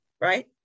right